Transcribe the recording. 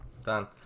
Done